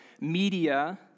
media